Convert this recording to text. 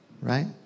Right